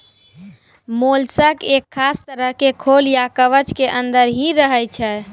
mollusc एक खास तरह के खोल या कवच के अंदर हीं रहै छै